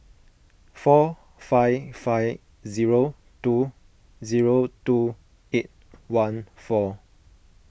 four five five zero two zero two eight one four